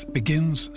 begins